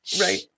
Right